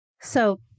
So-